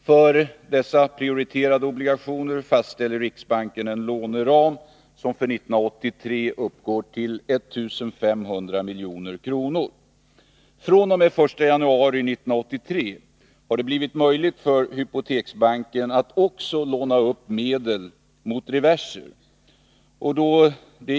För dessa prioriterade obligationer fastställer riksbanken en låneram, som för 1983 uppgår till 1500 milj.kr. fr.o.m. den 1 januari 1983 har det blivit möjligt för hypoteksbanken att också låna upp medel mot reverser.